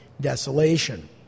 desolation